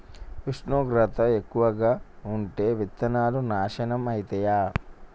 ఉష్ణోగ్రత ఎక్కువగా ఉంటే విత్తనాలు నాశనం ఐతయా?